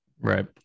Right